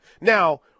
Now